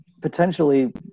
potentially